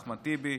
אחמד טיבי.